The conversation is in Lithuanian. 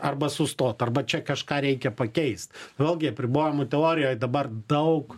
arba sustot arba čia kažką reikia pakeist vėlgi apribojimų teorijoj dabar daug